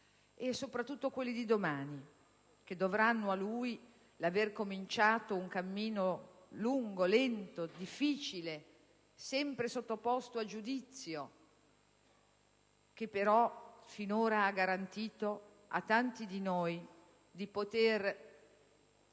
e soprattutto quelli di domani, che dovranno a lui l'aver intrapreso un cammino lungo, lento, difficile e sempre sottoposto a giudizio, che però ha garantito finora a tanti di noi